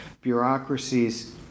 bureaucracies